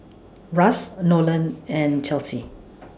Russ Nolan and Chelsi